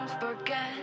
forget